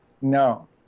No